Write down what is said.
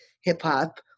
hip-hop